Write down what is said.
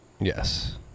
Yes